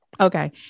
Okay